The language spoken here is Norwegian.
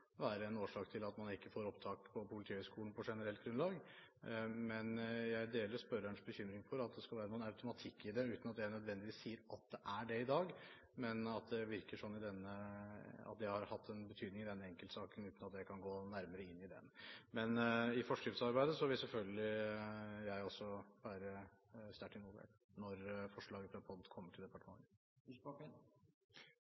være en årsak til at man ikke blir opptatt på Politihøgskolen på generelt grunnlag, men jeg deler spørrerens bekymring for at det skal være noen automatikk i det – uten at jeg nødvendigvis sier at det er det i dag, men det virker som om det har hatt betydning i denne enkeltsaken, uten at jeg kan gå nærmere inn på den. Men i forskriftsarbeidet vil selvfølgelig jeg også være sterkt involvert når forslaget fra POD kommer til